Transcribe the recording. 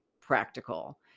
practical